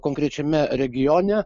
konkrečiame regione